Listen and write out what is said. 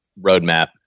roadmap